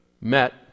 met